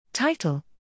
Title